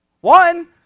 one